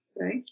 right